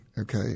okay